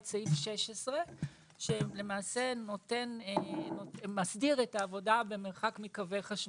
את סעיף 16 שלמעשה מסדיר את העבודה במרחק מקווי חשמל.